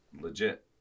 legit